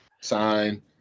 Sign